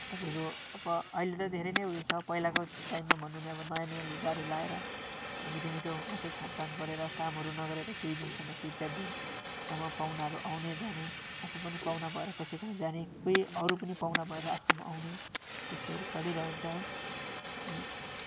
तपाईँको अब अहिले त धेरै नै उयो छ पहिलाको टाइममा भन्नु हो भने नयाँ नयाँ लुगाहरू लाएर अब मिठो मिठो मात्रै खानपान गरेर कामहरू नगरेर केही दिनसम्म तिन चार दिनसम्म पाहुनाहरू आउने जाने आफू पनि पाहुना भएर कसैकोमा जाने कोही अरू पनि पाहुना भएर आफ्नोमा आउने त्यस्तोहरू चलिहरन्छ है अनि